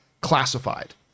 classified